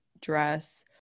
dress